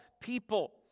people